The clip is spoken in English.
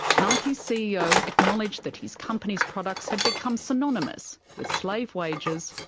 nike's ceo acknowledged that his company's products had become synonymous with slave wages,